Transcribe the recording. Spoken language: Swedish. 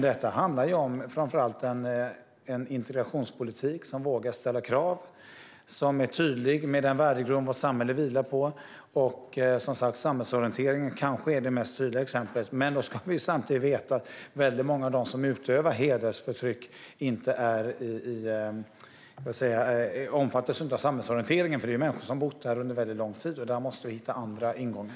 Detta handlar dock framför allt om en integrationspolitik som vågar ställa krav och som är tydlig med den värdegrund som vårt samhälle vilar på. Samhällsorienteringen kanske är det tydligaste exemplet, men då ska vi samtidigt veta att många av dem som utövar hedersförtryck inte omfattas av samhällsorienteringen eftersom de har bott här under väldigt lång tid. Där måste vi hitta andra ingångar.